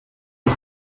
die